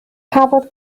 cafodd